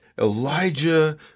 Elijah